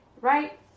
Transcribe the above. right